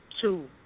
two